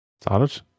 Solid